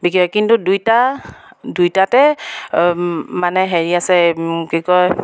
বিকে কিন্তু দুয়োটা দুইটাতে মানে হেৰি আছে কি কয়